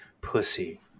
pussy